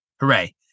hooray